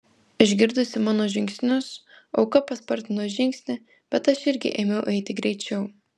išgirdusi mano žingsnius auka paspartino žingsnį bet aš irgi ėmiau eiti greičiau